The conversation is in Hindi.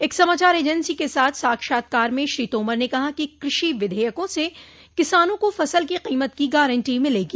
एक समाचार एजेंसी के साथ साक्षात्कार में श्री तोमर ने कहा कि कृषि विधेयकों से किसानों को फसल की कीमत की गारंटी मिलेगी